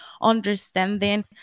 understanding